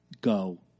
go